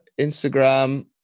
instagram